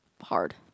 hard